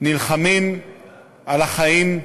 נלחמים על החיים,